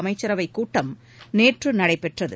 அமைச்சரவைக் கூட்டம் நேற்று நடைபெற்றது